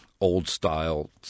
old-style